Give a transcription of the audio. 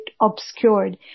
obscured